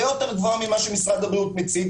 יותר גבוהה ממה שמציג משרד הבריאות.